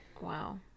wow